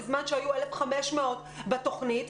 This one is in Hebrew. בזמן שהיו 1,500 בתוכנית.